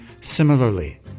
Similarly